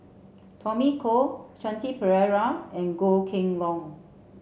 Tommy Koh Shanti Pereira and Goh Kheng Long